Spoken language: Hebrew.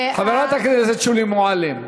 חברת הכנסת שולי מועלם.